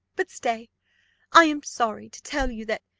but stay i am sorry to tell you, that,